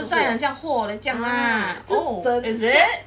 oh 就载好像货的将 lah oh is it